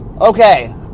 Okay